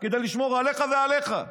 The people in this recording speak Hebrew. כדי לשמור עליך ועליך?